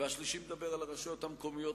השלישי מדבר על הרשויות המקומיות,